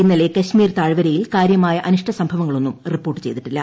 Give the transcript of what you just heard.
ഇന്നലെ കശ്മീർ താഴ്വരയിൽ കാര്യമായ അനിഷ്ടസംഭവങ്ങളൊന്നും റിപ്പോർട്ട് ചെയ്തിട്ടില്ല